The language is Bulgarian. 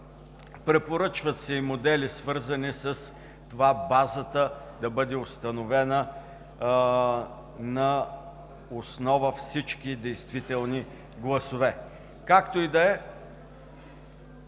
Препоръчват се и модели, свързани с това – базата да бъде установена на основа всички действителни гласове. Както и да е!